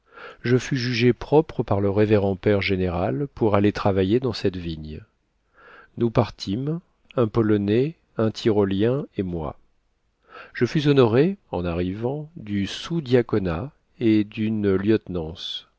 je fus jugé propre par le révérend père général pour aller travailler dans cette vigne nous partîmes un polonais un tyrolien et moi je fus honoré en arrivant du sous diaconat et d'une lieutenance